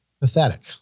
pathetic